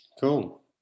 Cool